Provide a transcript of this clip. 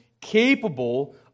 capable